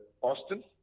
Austin